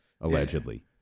allegedly